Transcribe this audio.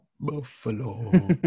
Buffalo